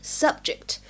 subject 。